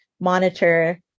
monitor